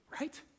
right